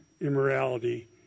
immorality